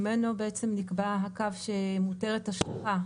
ממנו בעצם נקבע הקו שמותרת השלכה.